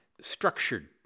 structured